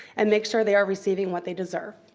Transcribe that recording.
and make sure they are receiving what they deserve.